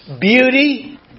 beauty